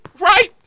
Right